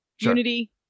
unity